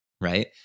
Right